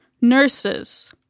nurses